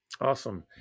Awesome